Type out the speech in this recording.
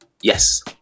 Yes